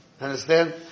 Understand